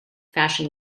fasten